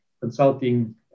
consulting